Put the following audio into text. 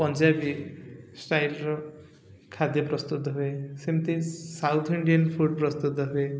ପଞ୍ଜାବୀ ଷ୍ଟାଇଲ୍ର ଖାଦ୍ୟ ପ୍ରସ୍ତୁତ ହୁଏ ସେମିତି ସାଉଥ୍ ଇଣ୍ଡିଆନ୍ ଫୁଡ଼୍ ପ୍ରସ୍ତୁତ ହୁଏ